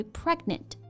pregnant